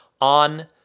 on